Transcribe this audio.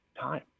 time